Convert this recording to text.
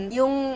yung